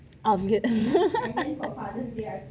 of good